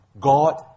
God